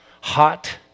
hot